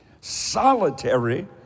solitary